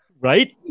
Right